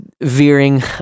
veering